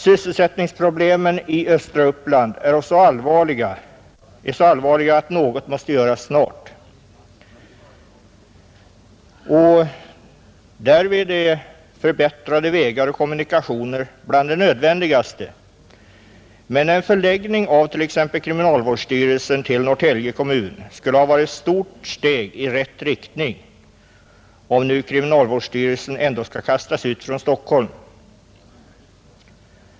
Sysselsättningsproblemen i östra Uppland är så allvarliga att något måste göras snabbt. Därvid är förbättrade vägar och kommunikationer bland det nödvändigaste. Men en förläggning av t.ex. kriminalvårdsstyrelsen till Norrtälje kommun skulle ha varit ett stort steg i rätt riktning, om nu kriminalvårdsstyrelsen ändå skall kastas ut från Stockholm.